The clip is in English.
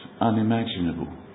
unimaginable